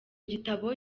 gitabo